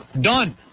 Done